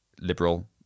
liberal